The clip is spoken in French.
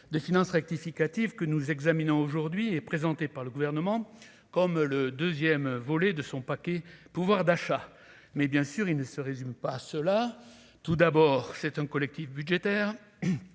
de finances rectificative que nous examinons aujourd'hui est présenté par le gouvernement comme le 2ème volet de son paquet, pouvoir d'achat, mais bien sûr, il ne se résume pas à cela : tout d'abord, c'est un collectif budgétaire,